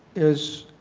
is